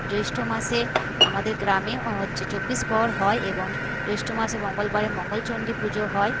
জ্যৈষ্ঠ মাসে আমাদের গ্রামে হচ্ছে চব্বিশ পর হয় এবং জ্যৈষ্ঠ মাসে মঙ্গলবারে মঙ্গলচন্ডী পুজো হয়